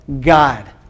God